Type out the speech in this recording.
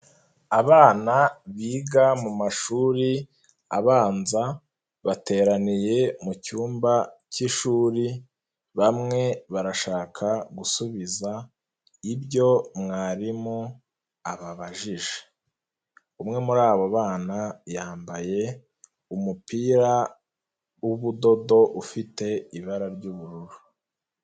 Abana biga mu mashuri abanza, bateraniye mu cyumba cy'ishuri, bamwe barashaka gusubiza ibyo mwarimu ababajije, umwe muri abo bana yambaye umupira w'ubudodo, ufite ibara ry'ubururu.